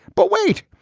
but wait.